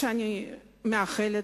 שאני מאחלת